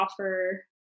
offer